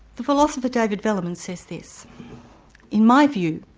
the philosopher david velleman says this in my view,